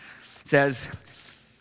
Says